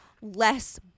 less